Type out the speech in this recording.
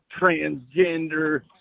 transgender